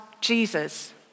Jesus